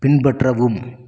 பின்பற்றவும்